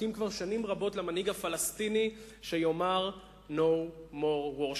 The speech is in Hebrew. מחכים כבר שנים רבות למנהיג הפלסטיני שיאמר No more war.